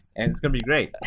and it's going to be great.